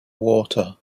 water